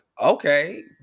okay